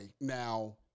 now